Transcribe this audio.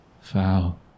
Foul